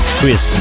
Chris